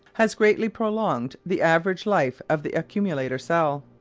has greatly prolonged the average life of the accumulator cell.